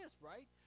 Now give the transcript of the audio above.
right